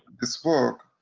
this book,